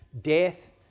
death